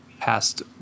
past